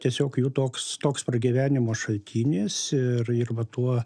tiesiog jų toks toks pragyvenimo šaltinis ir ir va tuo